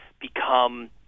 become